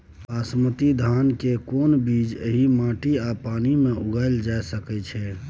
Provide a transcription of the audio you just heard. बासमती धान के केना बीज एहि माटी आ पानी मे उगायल जा सकै छै?